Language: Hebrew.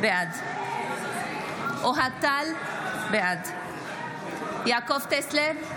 בעד אוהד טל, בעד יעקב טסלר,